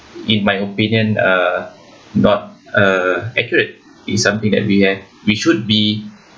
in my opinion uh not uh accurate in something that we have we should be